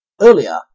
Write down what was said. earlier